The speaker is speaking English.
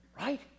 Right